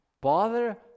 Bother